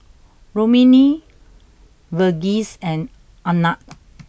Rukmini Verghese and Anand